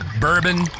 bourbon